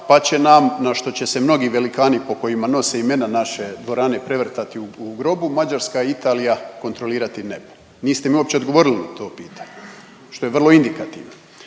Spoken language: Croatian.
pa će nam, na što će se mnogi velikani po kojima nose imena naše dvorane, prevrtati u grobu, Mađarska i Italija kontrolirati nebo. Niste mi uopće odgovorili na to pitanje, što je vrlo indikativno.